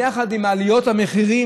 יחד עם עליות המחירים,